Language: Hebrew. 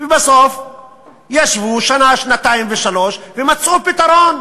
ובסוף ישבו שנה, שנתיים ושלוש שנים ומצאו פתרון,